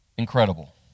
Incredible